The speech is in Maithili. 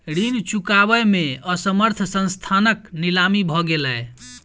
ऋण चुकबै में असमर्थ संस्थानक नीलामी भ गेलै